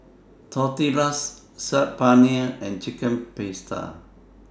Tortillas Saag Paneer and Chicken Pasta